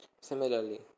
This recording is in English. Similarly